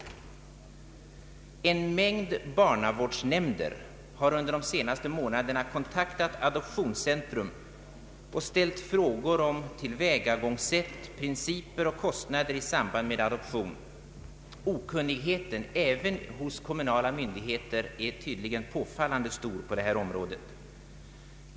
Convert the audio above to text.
En mängd barnavårdsnämnder har under de senaste månaderna kontaktat Adoptionscentrum och ställt frågor om tillvägagångssätt, principer och kostnader i samband med adoption. Okunnigheten även hos kommunala myndigheter är tydligen påfallande stor på detta område.